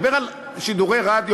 אני מדבר על שידורי רדיו.